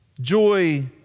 Joy